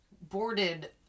boarded